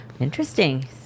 interesting